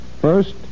First